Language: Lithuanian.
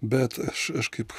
bet aš aš kaip